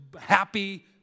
happy